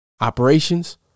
Operations